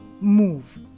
Move